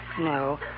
No